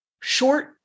short